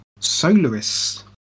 Solarists